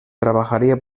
trabajaría